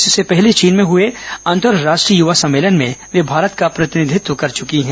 इससे पहले चीन में हुए अंतर्राष्ट्रीय युवा सम्मेलन में वे भारत का प्रतिनिधित्व कर चुकी हैं